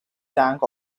tank